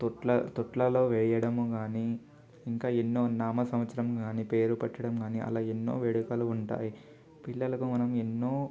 తొట్ల తొట్లలో వేయడము కానీ ఇంకా ఎన్నో నామ సంవత్సరం కానీ పేరు పెట్టడం కానీ అలా ఎన్నో వేడుకలు ఉంటాయి పిల్లలకు మనం ఎన్నో